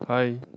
hi